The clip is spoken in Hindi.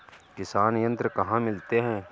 किसान यंत्र कहाँ मिलते हैं?